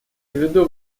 виду